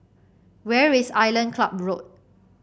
where is Island Club Road